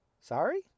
sorry